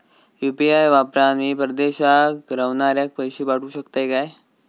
UPI वापरान मी परदेशाक रव्हनाऱ्याक पैशे पाठवु शकतय काय?